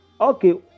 Okay